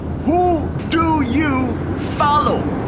who do you follow?